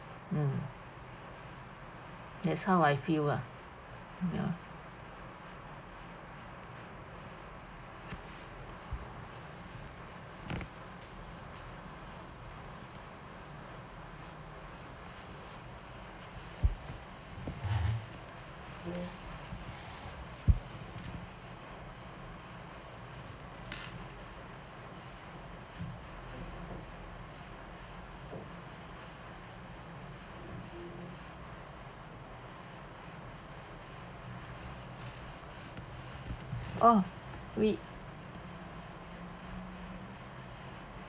mm that's how I feel ah ya oh we